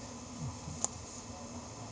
okay